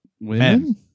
women